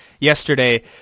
yesterday